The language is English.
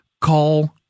call